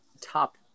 top